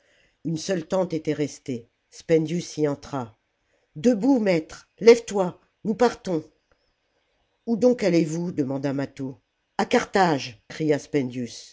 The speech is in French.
une seule tente était restée spendius y entra debout maître lève-toi nous partons où donc allez-vous demanda mâtho a carthage cria